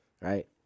right